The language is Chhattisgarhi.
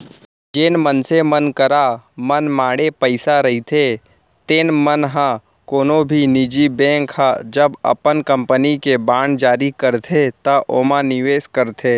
जेन मनसे मन करा मनमाड़े पइसा रहिथे तेन मन ह कोनो भी निजी कंपनी ह जब अपन कंपनी के बांड जारी करथे त ओमा निवेस करथे